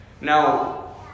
Now